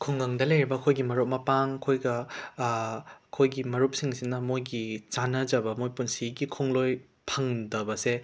ꯈꯨꯡꯒꯪꯗ ꯂꯩꯔꯤꯕ ꯑꯩꯈꯣꯏꯒꯤ ꯃꯔꯨꯞ ꯃꯄꯥꯡ ꯑꯩꯈꯣꯏꯒ ꯑꯩꯈꯣꯏꯒꯤ ꯃꯔꯨꯞꯁꯤꯡꯁꯤꯅ ꯃꯣꯏꯒꯤ ꯆꯥꯟꯅꯖꯕ ꯃꯣꯏꯒꯤ ꯄꯨꯟꯁꯤꯒꯤ ꯈꯣꯡꯂꯣꯏ ꯐꯪꯗꯕꯁꯦ